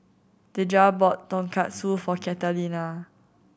Dejah bought Tonkatsu for Catalina